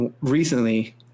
recently